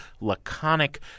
laconic